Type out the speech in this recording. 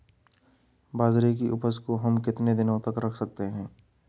बाजरे की उपज को हम कितने दिनों तक रख सकते हैं?